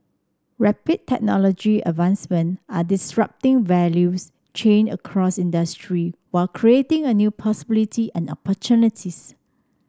rapid technology advancement are disrupting values chain across industry while creating a new possibility and opportunities